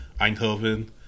Eindhoven